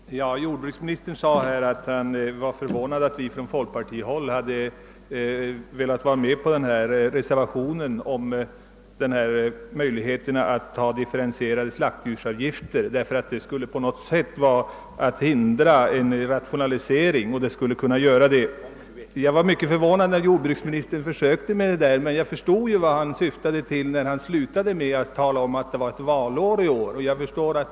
Herr talman! Jordbruksministern sade sig vara förvånad över att vi på folkpartihåll hade velat vara med om reservationen angående differentierade slaktdjursavgifter, eftersom detta enligt statsrådets mening skulle förhindra rationaliseringen. Det förvånade mig mycket att jordbruksministern gjorde ett försök med en sådan argumentering. Men jag förstod sedan vilken avsikten var. Han slutade nämligen sitt anförande med att tala om att det är valår i år.